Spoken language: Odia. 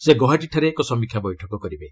ସେ ଗୌହାଟୀଠାରେ ଏକ ସମୀକ୍ଷା ବୈଠକ କରିବେ